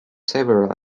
several